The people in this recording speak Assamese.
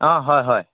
অঁ হয় হয়